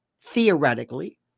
theoretically